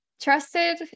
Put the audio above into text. trusted